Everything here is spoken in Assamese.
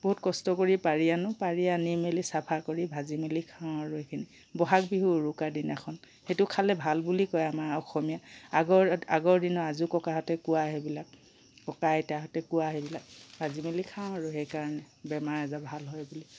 বহুত কষ্ট কৰি পাৰি আনো পাৰি আনি মেলি চফা কৰি ভাজি মেলি খাওঁ আৰু সেইখিনি বহাগ বিহু উৰুকা দিনাখন সেইটো খালে ভাল বুলি কয় আমাৰ অসমীয়া আগৰ আগৰ দিনৰ আজোককাহঁতে কোৱা সেইবিলাক ককা আইতাহঁতে কোৱা সেইবিলাক ভাজি মেলি খাওঁ আৰু সেইকাৰণে বেমাৰ আজাৰ ভাল হয় বুলি